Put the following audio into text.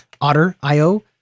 Otter.io